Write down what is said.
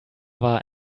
war